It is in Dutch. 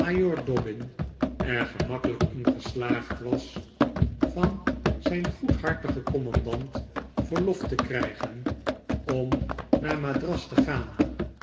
dobbin er gemakkelijk in geslaagd was van zijn goedhartigen commandant verlof te krijgen om naar madras te gaan